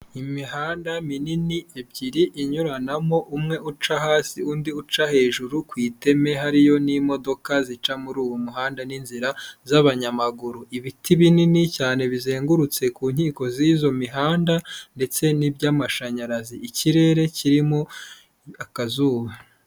Imihanda minini ebyiri inyuranamo umwe uca hasi undi uca hejuru, ku iteme hariyo n'imodoka zica muri uwo muhanda n'inzira z'abanyamaguru, ibiti binini cyane bizengurutse ku nkiko z'izo mihanda ndetse n'iby'amashanyarazi, ikirere kirimo akazuba.